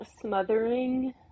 smothering